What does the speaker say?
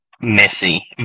messy